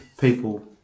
people